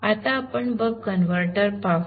आता प्रथम आपण बक कन्व्हर्टर पाहू